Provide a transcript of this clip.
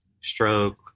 stroke